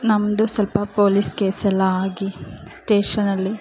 ನಮ್ಮದು ಸ್ವಲ್ಪ ಪೋಲಿಸ್ ಕೇಸೆಲ್ಲ ಆಗಿ ಸ್ಟೇಷನಲ್ಲಿ